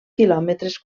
quilòmetres